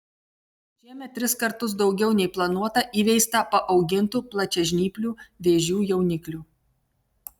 šiemet tris kartus daugiau nei planuota įveista paaugintų plačiažnyplių vėžių jauniklių